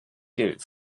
gilt